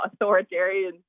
authoritarian